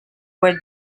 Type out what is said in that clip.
were